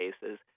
cases